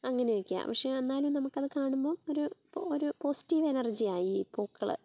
അങ്ങനെയൊക്കെയാണ് പക്ഷേ എന്നാലും നമുക്കത് കാണുമ്പോൾ ഒരു ഒരു പോസിറ്റീവ് എനെർജിയായി ഈ പൂക്കൾ